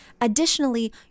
additionally